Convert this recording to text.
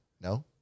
No